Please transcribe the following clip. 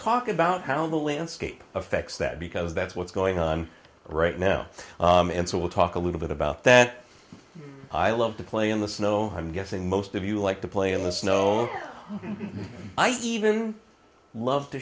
talk about how the landscape affects that because that's what's going on right now and so we'll talk a little bit about that i love to play in the snow i'm guessing most of you like to play in the snow and ice even love to